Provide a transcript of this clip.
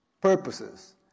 purposes